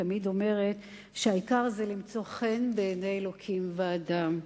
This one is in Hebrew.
תמיד אומרת שהעיקר זה למצוא חן בעיני אלוקים ואדם.